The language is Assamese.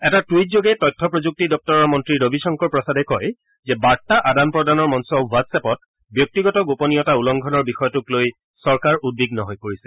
এটা টুইটযোগে তথ্য প্ৰযুক্তি দপ্তৰৰ মন্ত্ৰী ৰবি শংকৰ প্ৰসাদে কয় যে বাৰ্তা আদান প্ৰদানৰ মঞ্চ হোৱাট্ছএপত ব্যক্তিগত গোপনীয়তা উলংঘনৰ বিষয়টোক লৈ চৰকাৰ উদ্বিগ্ন হৈ পৰিছ